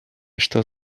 что